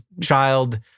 child